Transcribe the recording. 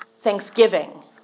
Thanksgiving